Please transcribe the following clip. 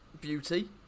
beauty